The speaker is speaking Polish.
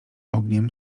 ogniem